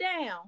down